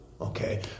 Okay